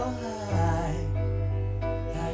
high